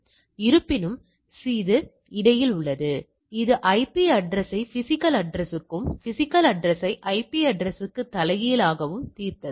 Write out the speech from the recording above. இருப்பினும் இது இடையில் உள்ளது இது ஐபி அட்ரஸ்யை பிஸிக்கல் அட்ரஸ்க்கும் பிஸிக்கல் அட்ரஸ்யை ஐபி அட்ரஸ்க்கு தலைகீழாகவும் தீர்த்தது